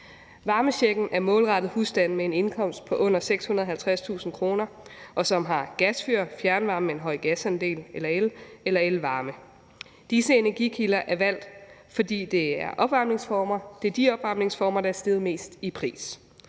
Varmechecken er målrettet husstande med en indkomst på under 650.000 kr., som har gasfyr, fjernvarme med en høj gasandel eller el eller elvarme. Disse energikilder er valgt, fordi det er de opvarmningsformer, der er steget mest i pris.